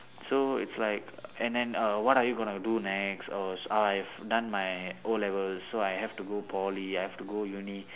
so it's like and then uh what are you going to do next oh I've done my O-levels so I have to go poly I have to go uni